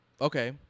Okay